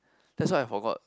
that's why I forgot